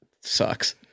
sucks